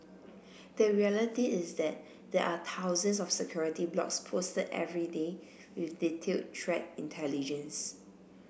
the reality is that there are thousands of security blogs posted every day with detailed threat intelligence